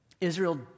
Israel